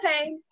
okay